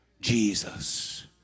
Jesus